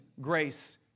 grace